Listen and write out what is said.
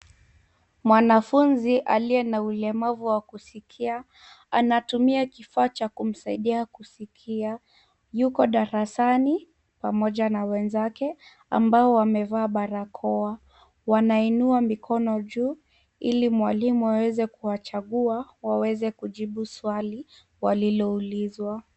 Mwanafunzi aliye na ulemavu wa kusikia anatumia kifaa cha kumsaidia kusikia. Yuko darasani pamoja na wenzake ambao wamevaa barakoa. Wanainua mikono juu ili mwalimu aweze kuwachagua waweze kujibu swali waliloulizwa.